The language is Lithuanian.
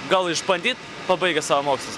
gal išbandyt pabaigęs savo mokslus